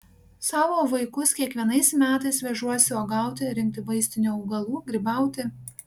savo vaikus kiekvienais metais vežuosi uogauti rinkti vaistinių augalų grybauti